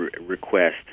request